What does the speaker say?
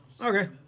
Okay